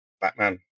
Batman